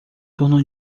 torno